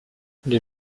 les